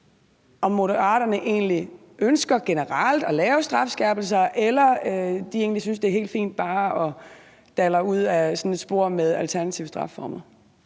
om Moderaterne egentlig generelt ønsker at lave strafskærpelser eller de egentlig synes, det er helt fint bare at dalre ud ad sådan et spor med alternative strafformer.